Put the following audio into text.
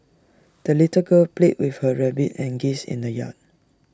the little girl played with her rabbit and geese in the yard